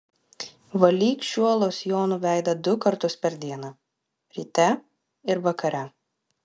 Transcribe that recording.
valyk šiuo losjonu veidą du kartus per dieną ryte ir vakare